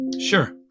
Sure